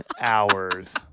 hours